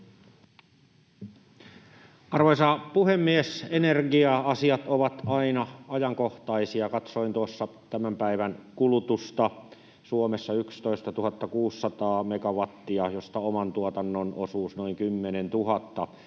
Arvoisa puhemies! Energia-asiat ovat aina ajankohtaisia. Katsoin tuossa tämän päivän kulutusta Suomessa: 11 600 megawattia, josta oman tuotannon osuus noin 10 000,